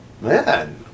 Man